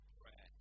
pray